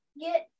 get